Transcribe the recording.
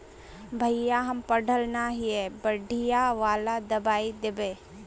भैया हम पढ़ल न है बढ़िया वाला दबाइ देबे?